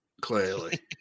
clearly